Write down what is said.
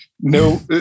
no